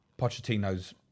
Pochettino's